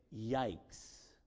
yikes